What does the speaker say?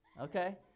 Okay